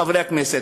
חברי הכנסת,